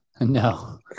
no